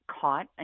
caught